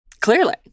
Clearly